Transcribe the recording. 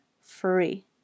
free